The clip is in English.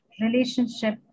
relationship